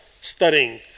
studying